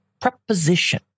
preposition